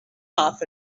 off